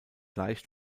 leicht